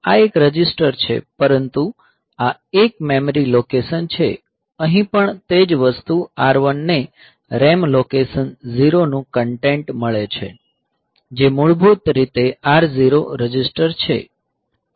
આ એક રજિસ્ટર છે પરંતુ આ એક મેમરી લોકેશન છે અહીં પણ તે જ વસ્તુ R1 ને RAM લોકેશન 0 નું કન્ટેન્ટ મળે છે જે મૂળભૂત રીતે R0 રજિસ્ટર છે